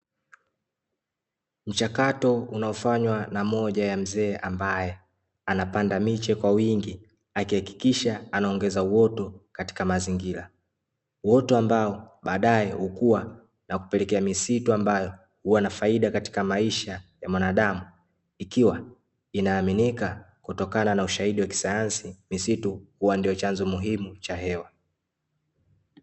Mchakato unaofanywa na moja ya mzee ambaye anapanda miche kwa wingi akihakikisha anaongeza uoto katika mazingira, uoto ambao baadaye hukua na kupelekea misitu ambayo huwa na faida katika maisha ya wanadamu, ikiwa inaaminika kutokana na ushahidi wa kisayansi misitu huwa ndio chanzo muhimu cha hewa.